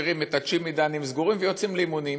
משאירים את הצ'ימידנים סגורים ויוצאים לאימונים.